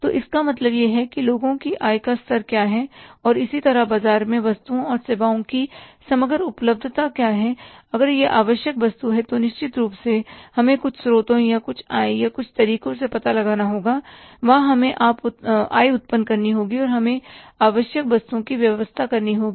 तो इसका मतलब यह है कि लोगों की आय का स्तर क्या है और इसी तरह बाजार में वस्तुओं और सेवाओं की समग्र उपलब्धता क्या है अगर यह आवश्यक वस्तु है तो निश्चित रूप से हमें कुछ स्रोतों या कुछ आय या कुछ तरीकों से पता लगाना होगा वहां हमें आय उत्पन्न करनी होगी और हमें आवश्यक वस्तुओं की व्यवस्था करनी होगी